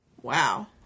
Wow